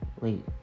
Wait